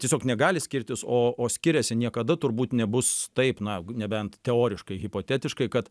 tiesiog negali skirtis o o skiriasi niekada turbūt nebus taip na nebent teoriškai hipotetiškai kad